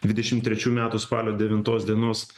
dvidešim trečių metų spalio devintos dienos